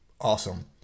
awesome